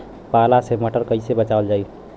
पाला से मटर कईसे बचावल जाई?